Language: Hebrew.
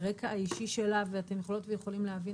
ברקע האישי שלה ואתם יכולות ויכולים להבין